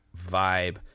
vibe